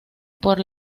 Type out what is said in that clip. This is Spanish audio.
por